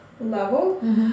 level